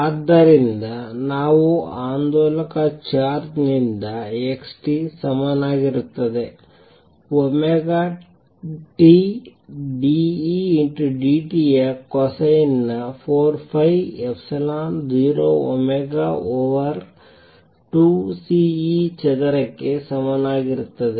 ಆದ್ದರಿಂದ ನಾವು ಆಂದೋಲಕ ಚಾರ್ಜ್ ನಿಂದ x t ಸಮನಾಗಿರುತ್ತದೆ omega t d E d t ಯ cosine 4 pi epsilon 0 omega over 2 C E ಚದರಕ್ಕೆ ಸಮನಾಗಿರುತ್ತದೆ